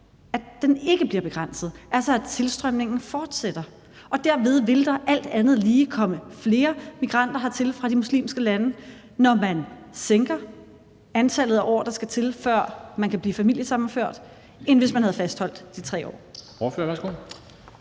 at det ikke bliver begrænset, altså at tilstrømningen fortsætter. Og derved vil der jo alt andet lige komme flere migranter hertil fra de muslimske lande, altså når man sænker antallet af år, der skal til, før man kan blive familiesammenført, end hvis man havde fastholdt de 3 år.